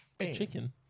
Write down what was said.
chicken